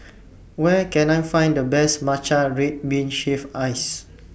Where Can I Find The Best Matcha Red Bean Shaved Ice